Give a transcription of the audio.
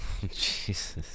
Jesus